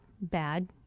bad